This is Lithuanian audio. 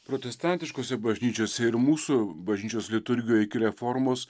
protestantiškose bažnyčiose ir mūsų bažnyčios liturgijoj iki reformos